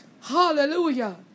Hallelujah